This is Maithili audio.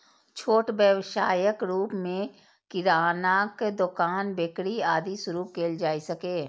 छोट व्यवसायक रूप मे किरानाक दोकान, बेकरी, आदि शुरू कैल जा सकैए